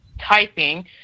typing